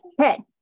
Okay